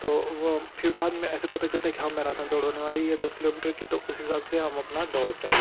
तो वह फिर बाद में ऐसे पता चलता है कि हाँ मैराथन दौड़ होने वाली है दस किलोमीटर की तो उस हिसाब से हम अपना दौड़ते हैं